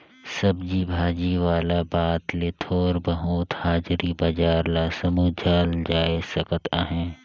सब्जी भाजी वाला बात ले थोर बहुत हाजरी बजार ल समुझल जाए सकत अहे